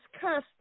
custom